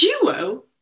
duo